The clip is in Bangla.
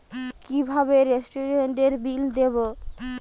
কিভাবে রেস্টুরেন্টের বিল দেবো?